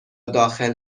داخل